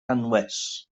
anwes